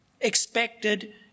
expected